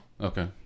Okay